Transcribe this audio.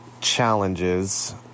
challenges